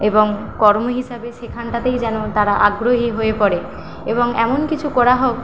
এবং কর্ম হিসাবে সেখানটাতেই যেন তারা আগ্রহী হয়ে পড়ে এবং এমন কিছু করা হোক